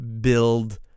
build